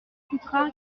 coûtera